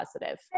positive